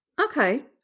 Okay